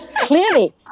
clearly